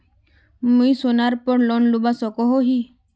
मुई सोनार पोर लोन लुबा सकोहो ही?